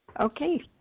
Okay